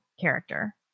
character